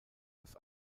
das